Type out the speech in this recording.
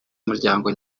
umuryango